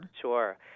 Sure